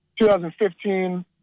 2015